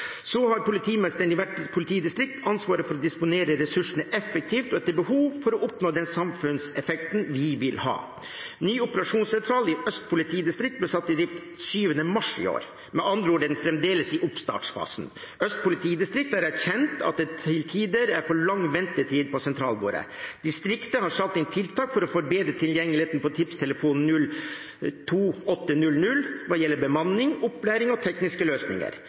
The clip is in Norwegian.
Så har politimesteren i hvert politidistrikt ansvaret for å disponere ressursene effektivt og etter behov, for å oppnå den samfunnseffekten vi vil ha. Den nye operasjonssentralen i Øst politidistrikt ble satt i drift 7. mars i år. Med andre ord er den fremdeles i oppstartsfasen. Øst politidistrikt har erkjent at det til tider er for lang ventetid på sentralbordet, og har satt inn tiltak for å forbedre tilgjengeligheten på tipstelefonen 02800 hva gjelder bemanning, opplæring og tekniske løsninger.